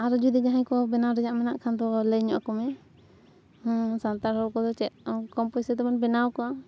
ᱟᱨᱚ ᱡᱩᱫᱤ ᱡᱟᱦᱟᱸᱭ ᱠᱚ ᱵᱮᱱᱟᱣ ᱨᱮᱭᱟᱜ ᱢᱮᱱᱟᱜ ᱠᱷᱟᱱ ᱫᱚ ᱞᱟᱹᱭᱧᱚᱜ ᱟᱠᱚᱢᱮ ᱥᱟᱱᱛᱟᱲ ᱦᱚᱲ ᱠᱚᱫᱚ ᱪᱮᱫ ᱠᱚᱢ ᱯᱩᱭᱥᱟᱹ ᱛᱮᱵᱚᱱ ᱵᱮᱱᱟᱣ ᱠᱚᱣᱟ